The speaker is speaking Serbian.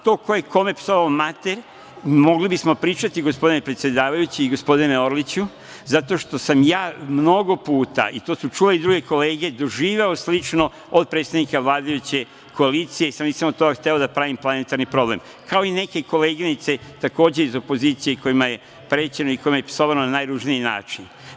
To ko je kome psovao mater, mogli bismo pričati, gospodine predsedavajući i gospodine Orliću, zato što sam ja mnogo puta, i to su čule druge kolege, doživeo slično od predsednika vladajuće koalicije, samo što nisam hteo od toga da pravim planetarni problem, kao i neke koleginice takođe iz opozicije kojima je prećeno i kome je psovano na najružniji način.